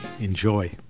Enjoy